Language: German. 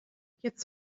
jetzt